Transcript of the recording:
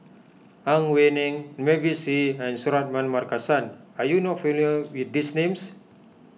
Ang Wei Neng Mavis Hee and Suratman Markasan are you not familiar with these names